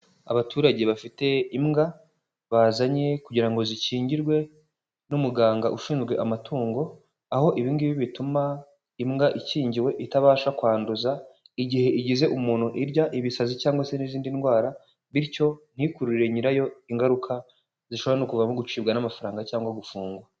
Abaturage bafite imbwa bazanye kugira ngo zikingirwe n'umuganga ushinzwe amatungo, aho ibi ngibi bituma imbwa ikingiwe itabasha kwanduza igihe igize umuntu irya ibisazi cyangwa se n'izindi ndwara, bityo ntikururire nyirayo ingaruka zishobora no kuvamo gucibwa n'amafaranga cyangwa gufungwa.